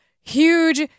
huge